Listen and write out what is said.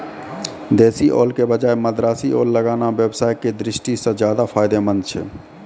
देशी ओल के बजाय मद्रासी ओल लगाना व्यवसाय के दृष्टि सॅ ज्चादा फायदेमंद छै